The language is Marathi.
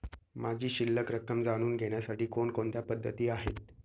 माझी शिल्लक रक्कम जाणून घेण्यासाठी कोणकोणत्या पद्धती आहेत?